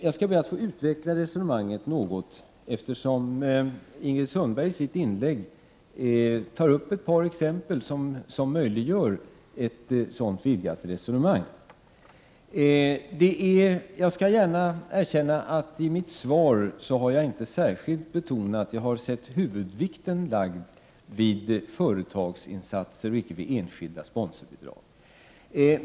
Jag skall be att få utveckla resonemanget något, eftersom Ingrid Sundberg i sitt inlägg anförde ett par exempel som möjliggör ett sådant vidgat resonemang. Jag skall gärna erkänna att jag i mitt svar har sett huvudvikten lagd vid företagsinsatser och icke vid enskilda sponsorbidrag.